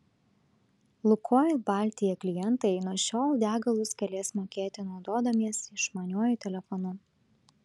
lukoil baltija klientai nuo šiol degalus galės mokėti naudodamiesi išmaniuoju telefonu